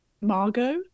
Margot